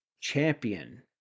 Champion